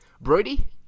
Brody